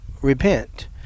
Repent